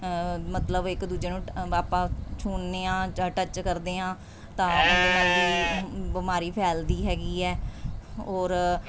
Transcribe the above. ਮਤਲਬ ਇੱਕ ਦੂਜੇ ਨੂੰ ਟ ਆਪਾਂ ਛੂਹਨੇ ਹਾਂ ਜਾਂ ਟੱਚ ਕਰਦੇ ਹਾਂ ਤਾਂ ਉਹਦੇ ਨਾਲ ਵੀ ਬਿਮਾਰੀ ਫੈਲਦੀ ਹੈਗੀ ਹੈ ਔਰ